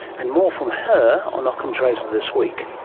and more from her on ockham's razor this week.